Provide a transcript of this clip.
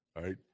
right